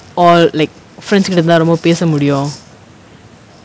all like friends கூட இருந்தா ரொம்ப பேசமுடியும்:kooda irunthaa romba pesamudiyum